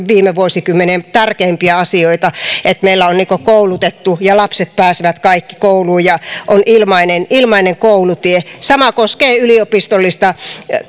viime vuosikymmenien tärkeimpiä asioita se että meillä on koulutettu ja lapset pääsevät kaikki kouluun ja on ilmainen ilmainen koulutie sama koskee yliopistollista